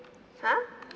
!huh!